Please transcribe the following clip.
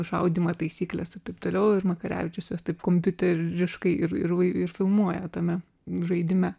šaudymą taisykles ir taip toliau ir makarevičius juos taip kompiuteriškai ir ir ir vai iš filmuoja tame žaidime